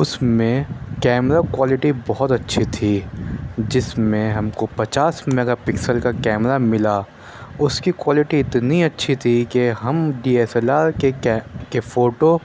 اُس میں camera quality بہت اچھی تھی جس میں ہم کو پچاس میگا پکسل کا کیمرا مِلا اُس کی کوالٹی اتنی اچھی تھی کہ ہم ڈی ایس ایل آر کے کے فوٹو